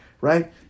right